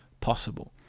possible